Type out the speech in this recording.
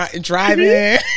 driving